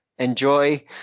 enjoy